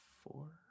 four